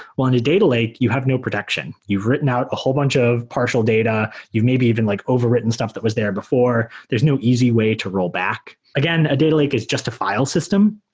on a data lake, you have no protection. you've written out a whole bunch of partial data. you've maybe even like overwritten stuff that was there before. there's no easy way to roll back. again, a data lake is just a file system.